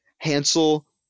Hansel